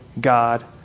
God